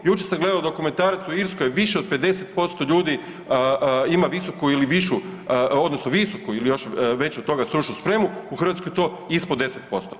Jučer sam gledao dokumentarac, u Irskoj, više od 50% ljudi ima visoku ili višu, odnosno visoku ili još veću od toga stručnu spremu, u Hrvatskoj je to ispod 10%